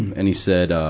and he said,